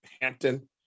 Hampton